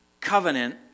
covenant